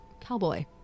cowboy